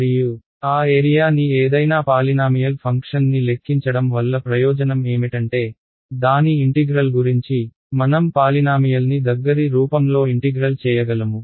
మరియు ఆ ఏరియా ని ఏదైనా పాలినామియల్ ఫంక్షన్ని లెక్కించడం వల్ల ప్రయోజనం ఏమిటంటే దాని ఇంటిగ్రల్ గురించి మనం పాలినామియల్ని దగ్గరి రూపంలో ఇంటిగ్రల్ చేయగలము